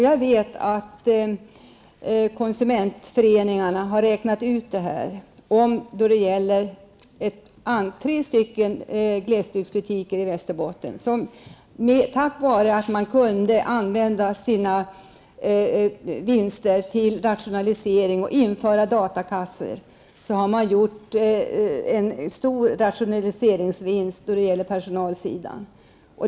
Jag vet att konsumentföreningarna har räknat ut vad detta innebär. Tre glesbygdsbutiker i Västerbotten har, tack vare att man har kunnat använda sina vinster till rationaliseringar och kunnat införa datakassor, gjort en stor rationaliseringsvinst på personalsidan.